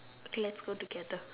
okay let's go together